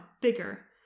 bigger